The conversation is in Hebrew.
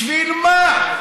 בשביל מה?